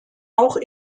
auch